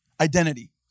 Identity